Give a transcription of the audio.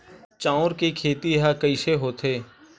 चांउर के खेती ह कइसे होथे?